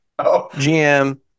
GM